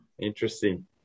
Interesting